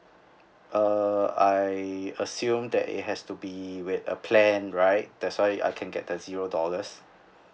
uh I assume that it has to be with a plan right there's why I can get the zero dollars